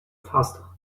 faster